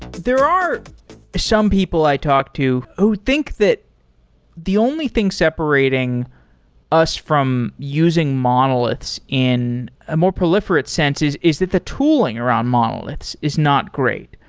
there are some people i talk to who think that the only thing separating us from using monoliths in a more proliferate sense is is that the tooling around monoliths is not great.